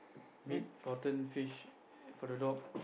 meat rotten fish for the dog